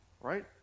right